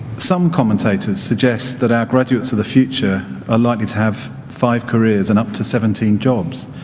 some commentators suggest that our graduates of the future are likely to have five careers and up to seventeen jobs.